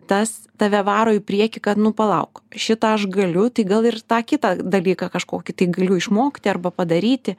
tas tave varo į priekį kad nu palauk šitą aš galiu tai gal ir tą kitą dalyką kažkokį tai galiu išmokti arba padaryti